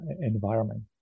environment